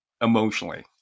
emotionally